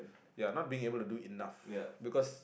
ya not being able to do enough because